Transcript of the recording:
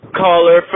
caller